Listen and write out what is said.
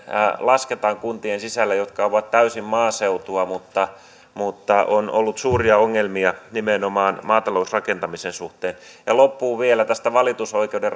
lasketaan kuntien sisällä ja jotka ovat täysin maaseutua mutta joilla on ollut suuria ongelmia nimenomaan maatalousrakentamisen suhteen loppuun vielä tästä valitusoikeuden